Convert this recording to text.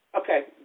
Okay